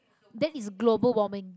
that is global warming